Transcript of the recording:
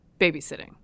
babysitting